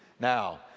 Now